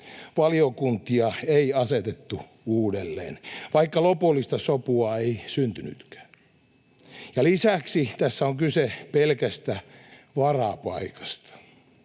valiokuntia ei asetettu uudelleen, vaikka lopullista sopua ei syntynytkään. Ja lisäksi tässä on kyse pelkästä varapaikasta.